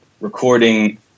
recording